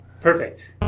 Perfect